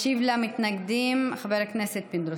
ישיב למתנגדים חבר הכנסת פינדרוס.